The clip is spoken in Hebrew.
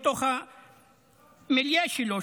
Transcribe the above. מתוך המיליה שלו,